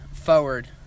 forward